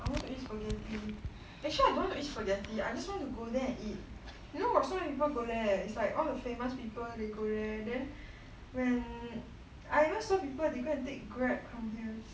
I want to eat spaghetti actually I don't wanna eat spaghetti I just want to go there eat you know got so many people go there it's like all the famous people they go there then when I ever saw people they go and take Grab come here